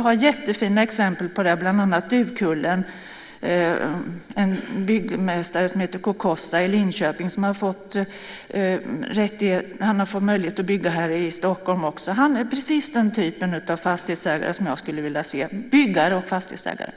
Vi har jättefina exempel på det, bland annat Duvkullen. Det är en byggmästare som heter Cocozza i Linköping. Han har fått möjlighet att bygga här i Stockholm också. Han är precis den typ av fastighetsägare som jag skulle vilja se mer av, en byggare och fastighetsägare